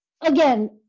again